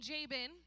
Jabin